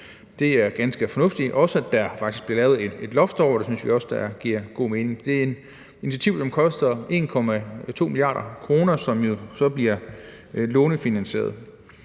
Det er ganske fornuftigt, og også det, at der faktisk bliver lavet et loft over det, synes vi giver god mening. Det er et initiativ, som koster 1,2 mia. kr., som jo så bliver lånefinansieret.